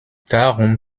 darum